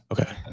okay